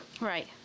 Right